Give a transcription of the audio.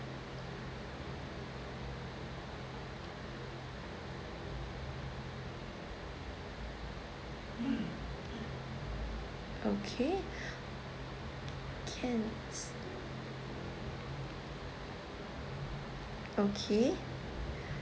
mm okay can okay